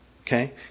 Okay